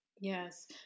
Yes